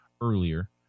earlier